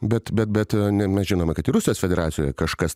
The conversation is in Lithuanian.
bet bet bet ne mes žinome kad rusijos federacijoje kažkas